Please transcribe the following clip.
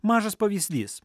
mažas pavyzdys